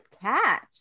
catch